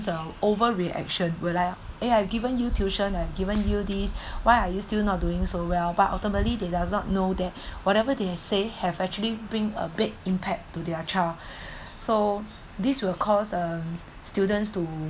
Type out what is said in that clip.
so overreaction will like eh I've given you tuition I've given you these why are you still not doing so well but ultimately they does not know that whatever they say have actually bring a big impact to their child so this will cause uh students to